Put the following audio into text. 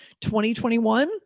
2021